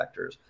vectors